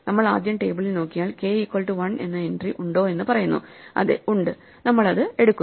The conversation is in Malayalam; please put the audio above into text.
നമ്മൾ ആദ്യം ടേബിളിൽ നോക്കിയാൽ k ഈക്വൽ റ്റു 1 എന്ന ഒരു എൻട്രി ഉണ്ടോ എന്ന് പറയുന്നു അതെ ഉണ്ട് നമ്മൾ അത് എടുക്കുന്നു